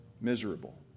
miserable